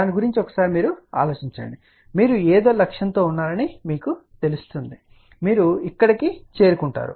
దీని గురించి ఆలోచించండి మీరు ఏదో లక్ష్యంతో ఉన్నారని మీకు తెలుసు మీరు ఇక్కడకు చేరుకుంటారు